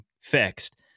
fixed